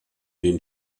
den